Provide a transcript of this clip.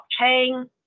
blockchain